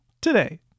today